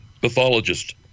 pathologist